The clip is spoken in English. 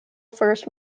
first